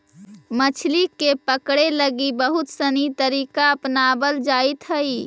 मछली के पकड़े लगी बहुत सनी तरीका अपनावल जाइत हइ